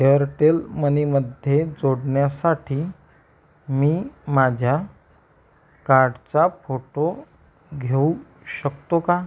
Airtel मनीमध्ये जोडण्यासाठी मी माझ्या कार्डचा फोटो घेऊ शकतो का